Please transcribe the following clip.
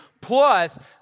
plus